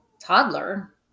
toddler